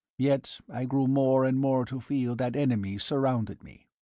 yet i grew more and more to feel that enemies surrounded me.